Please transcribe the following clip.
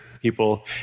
People